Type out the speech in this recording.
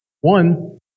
One